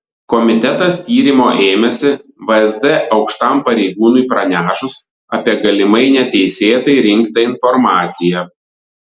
komitetas tyrimo ėmėsi vsd aukštam pareigūnui pranešus apie galimai neteisėtai rinktą informaciją